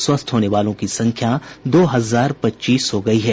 स्वस्थ होने वालों की संख्या दो हजार पच्चीस हो गयी है